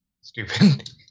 Stupid